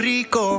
Rico